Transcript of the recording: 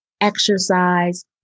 Exercise